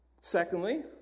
Secondly